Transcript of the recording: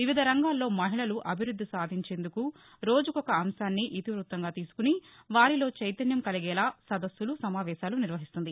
వివిధ రంగాల్లో మహిళలు అభివృద్ధి సాధించేందుకు రోజుకొక అంశాన్ని ఇతివృత్తంగా తీసుకుని వారిలో చైతన్యం కలిగేలా సదస్సులు సమావేశాలు నిర్వహిస్తోంది